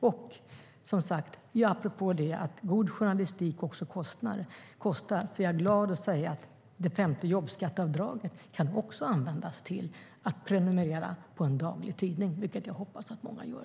Och, som sagt, när det gäller att god journalistik kostar är jag glad över att säga att det femte jobbskatteavdraget kan användas också till att prenumerera på en daglig tidning, vilket jag hoppas att många gör.